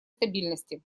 стабильности